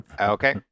Okay